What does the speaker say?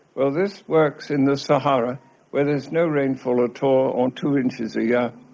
well, this works in the sahara where there is no rainfall at all or two inches a yeah